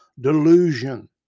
delusion